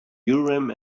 urim